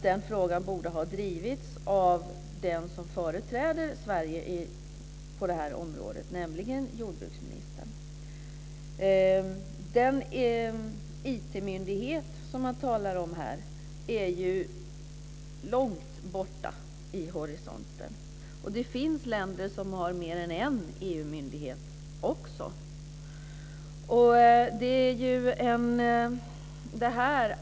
Den frågan borde av drivits av den som företräder Sverige på det här området, nämligen jordbruksministern. Den IT-myndighet som man talar om här är ju långt borta i horisonten. Det finns också länder som har mer än en EU-myndighet.